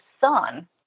son